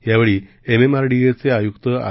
यावछी एमएमआरडीच आयुक्त आर